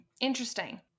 interesting